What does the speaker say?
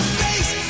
face